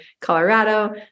Colorado